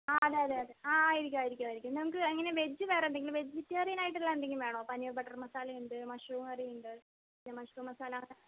ആ അതെ അതെ അതെ ആ ആയിരിക്കും ആയിരിക്കും ആയിരിക്കും പിന്നെ നമുക്ക് എങ്ങനെയാണ് വെജ്ജ് വേറെന്തെങ്കിലും വെജിറ്റേറിയനായിട്ടുള്ള എന്തെങ്കിലും വേണോ പനീർ ബട്ടർ മസാലയുണ്ട് മഷ്റൂം കറയുണ്ട് പിന്നെ മഷ്റൂം മസാല അങ്ങനെ